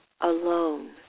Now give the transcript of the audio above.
alone